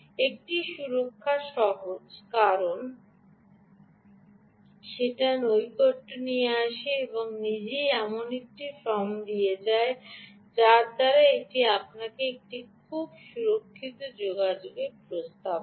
একটি সুরক্ষা সহজ কারণেই আসে যে নৈকট্য নিজেই এমন একটি ফর্ম যার দ্বারা এটি আপনাকে একটি খুব সুরক্ষিত যোগাযোগ প্রস্তাব করে